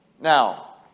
Now